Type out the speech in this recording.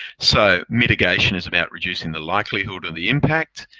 so mitigation is about reducing the likelihood of the impact,